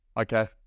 Okay